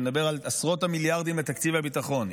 אני מדבר על עשרות המיליארדים לתקציב הביטחון.